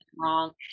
wrong